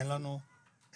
אין לנו מקומות.